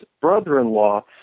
brother-in-law